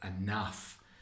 enough